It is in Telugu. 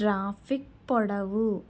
ట్రాఫిక్ పొడవు